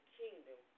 kingdom